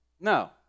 No